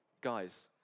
Guys